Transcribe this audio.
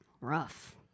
Rough